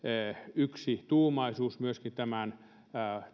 yksituumaisuus myöskin tämän